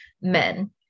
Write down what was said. men